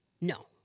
No